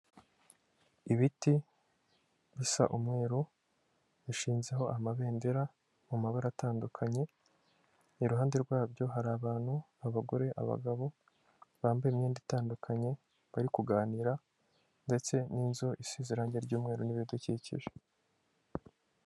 Ibiti bisa umweru bishinzeho amabendera mu mabara atandukanye, iruhande rwabyo hari abantu abagore abagabo bambaye imyenda itandukanye bari kuganira ndetse n'inzu isize irange ry'mweru n'ibidukikije.